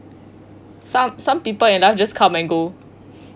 some some people in life just come and go